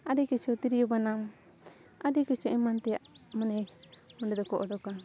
ᱟᱹᱰᱤ ᱠᱤᱪᱷᱩ ᱛᱤᱨᱭᱳ ᱵᱟᱱᱟᱢ ᱟᱹᱰᱤ ᱠᱤᱪᱷᱩ ᱮᱢᱟᱱ ᱛᱮᱭᱟᱜ ᱢᱟᱱᱮ ᱚᱸᱰᱮ ᱫᱚᱠᱚ ᱚᱰᱳᱠᱟ